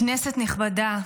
כנסת נכבדה,